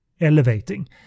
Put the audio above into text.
elevating